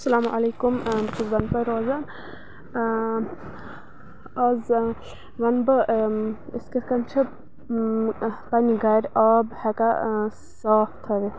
اَسلام علیکُم بہٕ چھس بڈگامہِ روزان آ آز وَنہٕ بہٕ أسۍ کِتھ کٔنۍ چھِ اۭں پَننہِ گرِ آب ہٮ۪کان صاف تھٲوِتھ